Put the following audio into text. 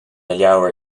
leabhair